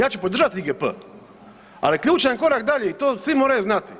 Ja ću podržati IGP, ali ključan korak dalje i to svi moraju znati.